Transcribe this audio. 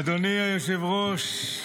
אדוני היושב-ראש,